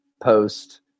post